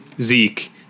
Zeke